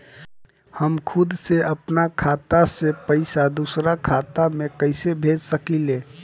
हम खुद से अपना खाता से पइसा दूसरा खाता में कइसे भेज सकी ले?